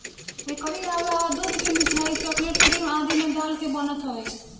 एकरी अलावा दूध के मिठाई, चोकलेट, क्रीम आदि में डाल के बनत हवे